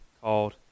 called